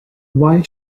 why